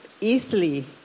easily